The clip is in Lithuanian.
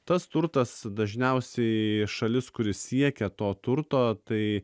tas turtas dažniausiai šalis kuri siekia to turto tai